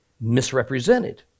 misrepresented